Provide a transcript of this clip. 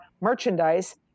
merchandise